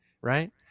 right